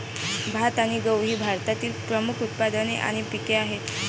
भात आणि गहू ही भारतातील प्रमुख उत्पादने आणि पिके आहेत